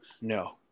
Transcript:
No